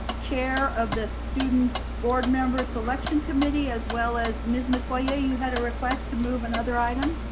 chair of the student board member selection committee, as well as ms. metoyer you had a request to move another item.